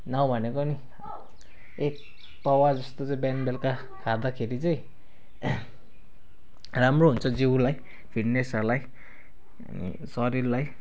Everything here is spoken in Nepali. नभनेको नि एक पावा जस्तो चाहिँ बिहान बेलुका खाँदाखेरि चाहिँ राम्रो हुन्छ जिउलाई फिटनेसहरूलाई शरीरलाई